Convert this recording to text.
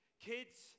Kids